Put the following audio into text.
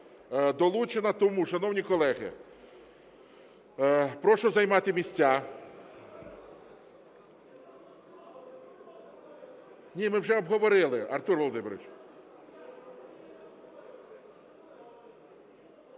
долучена. Тому, шановні колеги, прошу займати місця. Ні, ми вже обговорили Артур Володимирович.